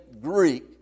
Greek